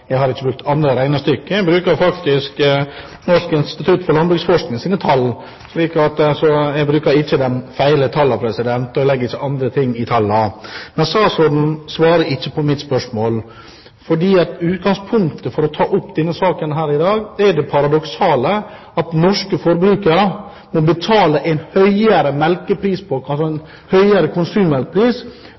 Jeg har ikke brukt andre regnestykker. Jeg bruker faktisk tall fra Norsk institutt for landbruksforskning, så jeg bruker ikke gale tall. Jeg legger ikke andre ting i tallene. Men statsråden svarer ikke på mitt spørsmål. Utgangspunktet for å ta opp denne saken her i dag, er det paradoksale at norske forbrukere må betale en høyere konsummelkpris fordi amerikanerne skal kunne kjøpe billigere Jarlsbergost – og folk i en